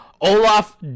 Olaf